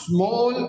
Small